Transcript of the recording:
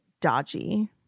dodgy